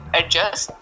adjust